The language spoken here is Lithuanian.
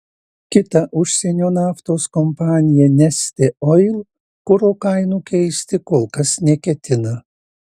kita užsienio naftos kompanija neste oil kuro kainų keisti kol kas neketina